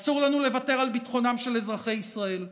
אסור לנו לוותר על ביטחונם של אזרחי ישראל,